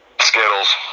Skittles